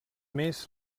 més